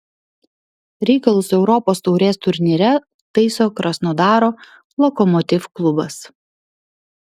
reikalus europos taurės turnyre taiso krasnodaro lokomotiv klubas